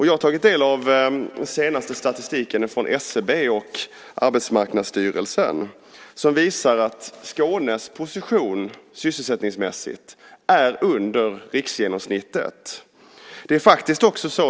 Jag har tagit del av den senaste statistiken från SCB och Arbetsmarknadsstyrelsen som visar att Skånes position sysselsättningsmässigt är under riksgenomsnittet.